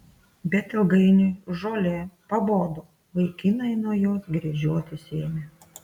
bet ilgainiui žolė pabodo vaikinai nuo jos gręžiotis ėmė